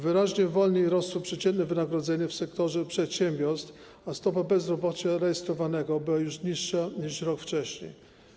Wyraźnie wolniej rosły przeciętne wynagrodzenia w sektorze przedsiębiorstw, a stopa bezrobocia rejestrowanego była już niższa niż rok wcześniej.